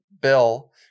bill